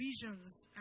visions